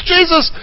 Jesus